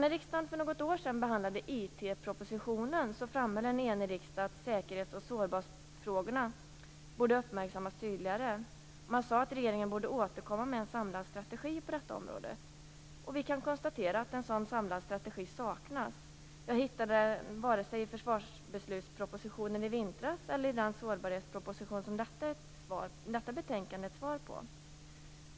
När riksdagen för något år sedan behandlade IT propositionen framhöll en enig riksdag att säkerhetsoch sårbarhetsfrågorna borde uppmärksammas tydligare. Man sade att regeringen borde återkomma med en samlad strategi på detta område. Vi kan konstatera att en sådan samlad strategi saknas. Jag hittade den varken i försvarsbeslutspropositionen i vintras eller i den sårbarhetsproposition som behandlas i detta betänkande.